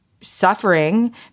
suffering